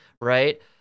right